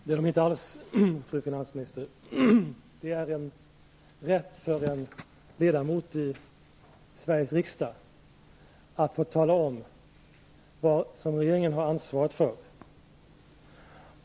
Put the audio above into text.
Herr talman! Det är de inte alls, fru finansminister. Det är en rätt för en ledamot i Sveriges riksdag att få tala om vad regeringen har ansvar för.